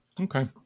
Okay